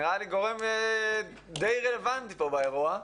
הוא נראה לי גורם די רלוונטי פה באירוע.